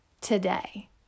today